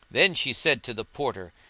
then she said to the porter,